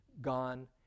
gone